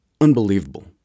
unbelievable